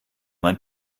mein